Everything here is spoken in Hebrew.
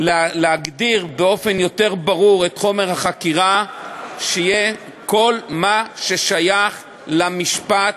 להגדיר באופן יותר ברור את חומר החקירה: שיהיה כל מה ששייך למשפט,